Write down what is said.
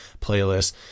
playlists